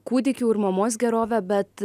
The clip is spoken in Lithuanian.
kūdikių ir mamos gerovę bet